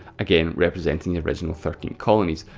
again, representing the original thirteen colonies,